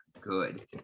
good